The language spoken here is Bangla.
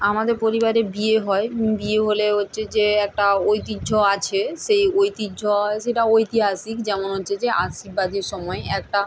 আমাদের পরিবারে বিয়ে হয় বিয়ে হলে হচ্ছে যে একটা ঐতিহ্য আছে সেই ঐতিহ্য সেটা ঐতিহাসিক যেমন হচ্ছে যে আশীর্বাদীর সময় একটা